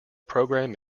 program